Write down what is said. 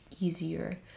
easier